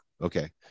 Okay